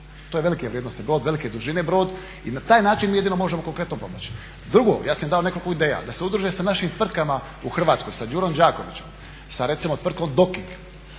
To je velike vrijednosti brod, velike dužine brod i na taj način mi jedino možemo konkretno pomoći. Drugo, ja se im dao nekoliko ideja da se udruže sa našim tvrtkama u Hrvatskom, sa Đurom Đakovićem, sa recimo tvrtkom DOKI.